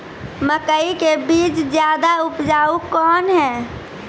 मकई के बीज ज्यादा उपजाऊ कौन है?